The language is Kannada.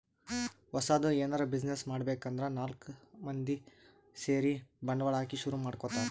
ಹೊಸದ್ ಎನರೆ ಬ್ಯುಸಿನೆಸ್ ಮಾಡ್ಬೇಕ್ ಅಂದ್ರ ನಾಲ್ಕ್ ಐದ್ ಮಂದಿ ಸೇರಿ ಬಂಡವಾಳ ಹಾಕಿ ಶುರು ಮಾಡ್ಕೊತಾರ್